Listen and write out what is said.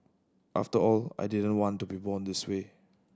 after all I didn't want to be born this way